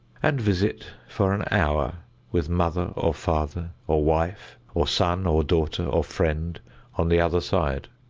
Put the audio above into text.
and visit for an hour with mother or father or wife or son or daughter or friend on the other side.